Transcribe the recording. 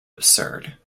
absurd